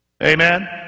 Amen